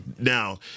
Now